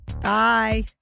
Bye